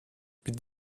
mit